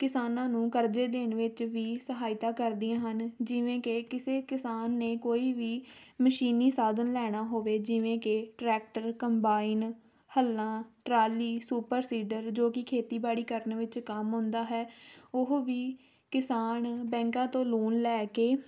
ਕਿਸਾਨਾਂ ਨੂੰ ਕਰਜ਼ੇ ਦੇਣ ਵਿੱਚ ਵੀ ਸਹਾਇਤਾ ਕਰਦੀਆਂ ਹਨ ਜਿਵੇਂ ਕਿ ਕਿਸੇ ਕਿਸਾਨ ਨੇ ਕੋਈ ਵੀ ਮਸ਼ੀਨੀ ਸਾਧਨ ਲੈਣਾ ਹੋਵੇ ਜਿਵੇਂ ਕਿ ਟਰੈਕਟਰ ਕੰਬਾਈਨ ਹੱਲਾਂ ਟਰਾਲੀ ਸੁਪਰ ਸੀਡਰ ਜੋ ਕਿ ਖੇਤੀਬਾੜੀ ਕਰਨ ਵਿੱਚ ਕੰਮ ਆਉਂਦਾ ਹੈ ਉਹ ਵੀ ਕਿਸਾਨ ਬੈਂਕਾਂ ਤੋਂ ਲੋਨ ਲੈ ਕੇ